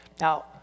now